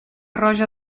roja